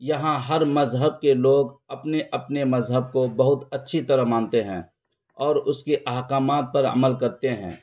یہاں ہر مذہب کے لوگ اپنے اپنے مذہب کو بہت اچھی طرح مانتے ہیں اور اس کی احکامات پر عمل کرتے ہیں